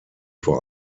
vor